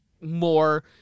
more